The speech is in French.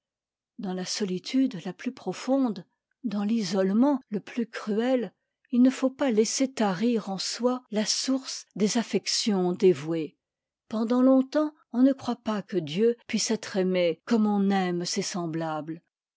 dans la solitude la plus profonde dans l'isolement le plus cruel il ne faut pas laisser tarir en soi la source des affections dévouées pendant longtemps on ne croit pas que dieu puisse être aimé comme on aime ses semblables